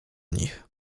nich